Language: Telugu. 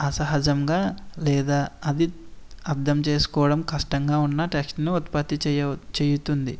అసహజంగా లేదా అవి అర్థం చేసుకోవడం కష్టంగా ఉన్న టెక్స్ట్ను ఉత్పత్తి చేయ చేస్తుంది